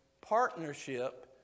partnership